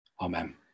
amen